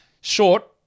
Short